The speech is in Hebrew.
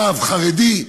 רב חרדי,